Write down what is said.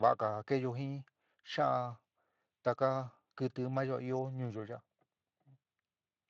va'aga ja keyo jin xa'an taka kɨtɨ maáyo ja ɨó ñuyo ya'a.